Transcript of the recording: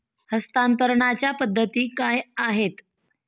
हस्तांतरणाच्या पद्धती काय आहेत?